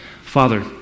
Father